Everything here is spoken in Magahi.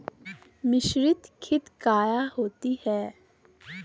मिसरीत खित काया होती है?